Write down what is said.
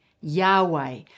Yahweh